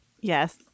Yes